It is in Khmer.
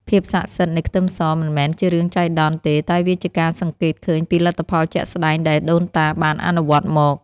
ភាពស័ក្តិសិទ្ធិនៃខ្ទឹមសមិនមែនជារឿងចៃដន្យទេតែវាជាការសង្កេតឃើញពីលទ្ធផលជាក់ស្តែងដែលដូនតាបានអនុវត្តមក។